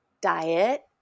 diet